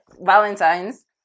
Valentine's